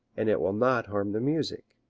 and it will not harm the music.